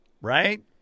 Right